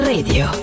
Radio